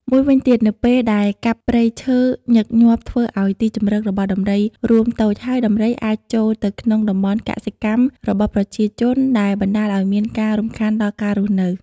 មួយវិញទៀតនៅពេលដែលកាប់ព្រៃឈើញឹកញាប់ធ្វើឲ្យទីជម្រករបស់ដំរីរួមតូច ហើយដំរីអាចចូលទៅក្នុងតំបន់កសិកម្មរបស់ប្រជាជន ដែលបណ្តាលឲ្យមានការរំខាន់ដល់ការរស់នៅ។